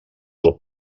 del